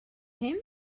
him